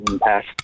Pass